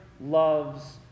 loves